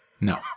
no